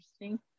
interesting